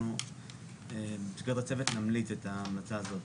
אנחנו בשלב הצוות נמליץ את ההמלצה הזאת.